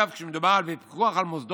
אגב, כשמדובר בפיקוח על מוסדות